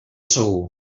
segur